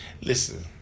listen